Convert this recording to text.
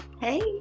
Hey